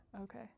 Okay